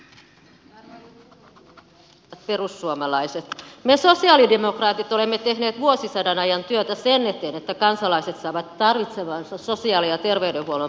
hyvät perussuomalaiset me sosialidemokraatit olemme tehneet vuosisadan ajan työtä sen eteen että kansalaiset saavat tarvitsemansa sosiaali ja terveydenhuollon palvelut